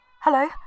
Hello